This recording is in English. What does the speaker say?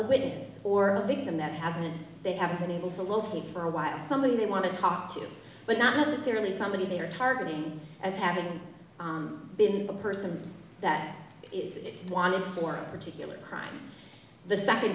witness or a victim that hasn't they haven't been able to locate for a while somebody they want to talk to but not necessarily somebody they are targeting as having been the person that is wanted for particular crime the second